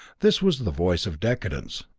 this was the voice of decadence,